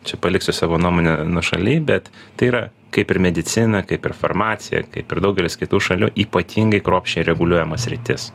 čia paliksiu savo nuomonę nuošaly bet tai yra kaip ir medicina kaip ir farmacija kaip ir daugelis kitų šalių ypatingai kruopščiai reguliuojama sritis